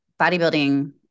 bodybuilding